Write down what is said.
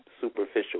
superficial